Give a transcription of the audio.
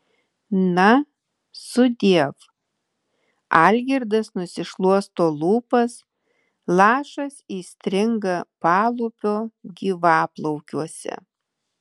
na sudiev algirdas nusišluosto lūpas lašas įstringa palūpio gyvaplaukiuose